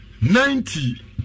ninety